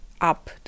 up